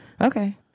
okay